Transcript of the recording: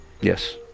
Yes